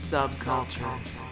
subcultures